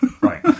Right